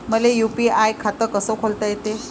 मले यू.पी.आय खातं कस खोलता येते?